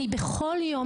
אני בכל יום,